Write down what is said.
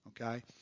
Okay